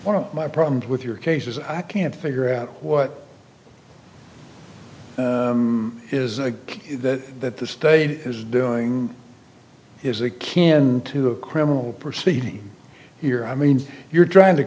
one of my problems with your case is i can't figure out what is that that the state is doing is a kin to a criminal proceeding here i mean you're trying to